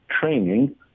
training